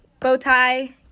bowtie